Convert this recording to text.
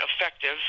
effective